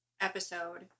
episode